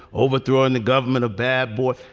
overthrowing the government of bad boy,